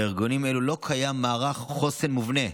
לארגונים אלו לא קיים מערך חוסן מובנה,